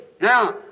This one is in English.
now